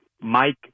Mike